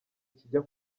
kijya